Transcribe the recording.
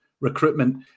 recruitment